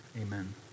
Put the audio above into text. amen